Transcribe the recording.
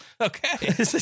Okay